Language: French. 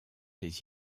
des